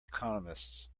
economists